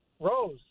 Rose